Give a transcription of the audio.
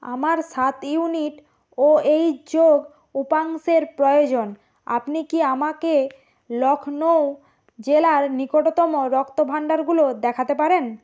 আমার সাত unit O H যোগ উপাংশের প্রয়োজন আপনি কি আমাকে লক্ষ্ণৌ জেলার নিকটতম রক্তভাণ্ডারগুলো দেখাতে পারেন